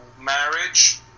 marriage